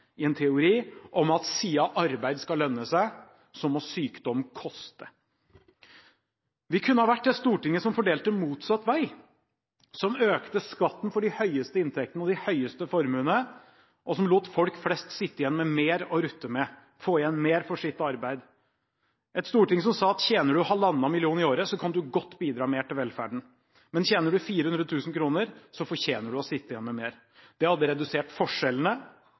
i en teori om at siden arbeid skal lønne seg, må sykdom koste. Vi kunne ha vært det stortinget som fordelte motsatt vei, som økte skatten for de høyeste inntektene og de høyeste formuene, og som lot folk flest sitte igjen med mer å rutte med – at man får igjen mer for sitt arbeid. Vi kunne vært et storting som sa at tjener du halvannen million kroner i året, kan du godt bidra mer til velferden, men tjener du 400 000 kr, fortjener du å sitte igjen med mer. Det hadde redusert forskjellene